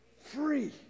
Free